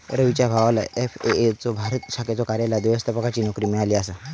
रवीच्या भावाला एफ.ए.ओ च्या भारत शाखेच्या कार्यालयात व्यवस्थापकाची नोकरी मिळाली आसा